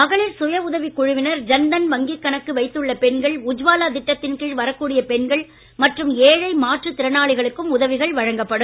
மகளிர் சுய உதவிக் குழுவினர் ஜன்தன் வங்கி கணக்கு வைத்துள்ள பெண்கள் உஜ்வாலா திட்டத்தின் கீழ் வரக்கூடிய பெண்கள் மற்றும் ஏழை மாற்றுத் திறனாளிகளுக்கும் உதவிகள் வழங்கப்படும்